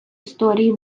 історії